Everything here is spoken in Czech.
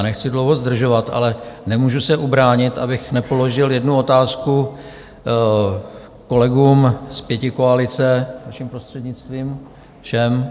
Nechci dlouho zdržovat, ale nemůžu se ubránit, abych nepoložil jednu otázku kolegům z pětikoalice, vaším prostřednictvím, všem.